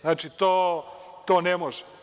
Znači, to ne može.